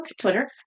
Twitter